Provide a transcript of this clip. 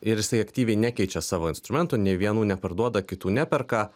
ir jisai aktyviai nekeičia savo instrumentų nei vienų neparduoda kitų neperka